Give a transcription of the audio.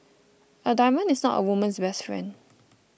a diamond is not a woman's best friend